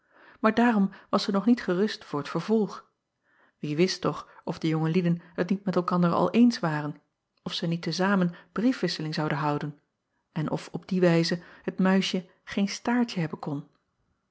maar daarom was zij nog niet gerust voor t vervolg wie wist toch of de jonge lieden t niet met elkander al eens waren of zij niet te zamen briefwisseling zouden houden en of op die wijze het muisje geen staartje hebben kon